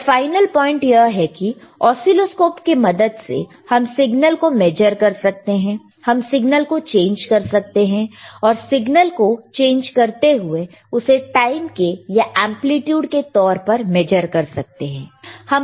पर final point यह है कि ऑसीलोस्कोप के मदद से हम सिग्नल को मेजर कर सकते हैं हम सिग्नल को चेंज कर सकते हैं और सिग्नल को चेंज करते हुए उसे टाइम के या एंप्लीट्यूड के तौर पर मेजर कर सकते हैं